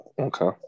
Okay